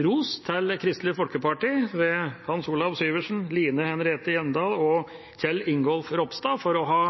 ros til Kristelig Folkeparti ved Hans Olav Syversen, Line Henriette Hjemdal og Kjell Ingolf Ropstad for å ha